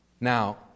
Now